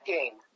Game